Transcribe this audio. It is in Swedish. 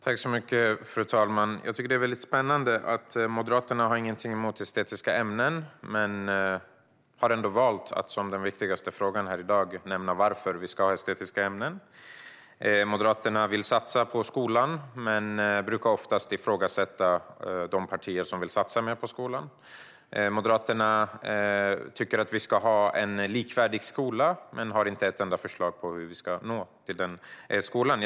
Fru talman! Jag tycker att det är väldigt spännande att Moderaterna inte har någonting emot estetiska ämnen men ändå har valt, som den viktigaste frågan i dag, att fråga: Varför ska vi ha estetiska ämnen? Moderaterna vill satsa på skolan men brukar oftast ifrågasätta de partier som vill satsa mer på skolan. Moderaterna tycker att vi ska ha en likvärdig skola men har inte ett enda förslag på hur vi ska uppnå den skolan.